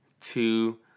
Two